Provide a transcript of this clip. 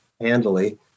handily